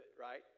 right